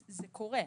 זה קורה.